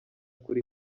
kuri